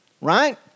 right